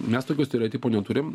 mes tokių stereotipų neturim